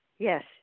Yes